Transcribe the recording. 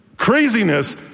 craziness